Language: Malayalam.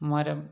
മരം